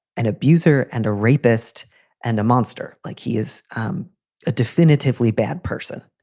an abuser and a rapist and a monster like he is um a definitively bad person.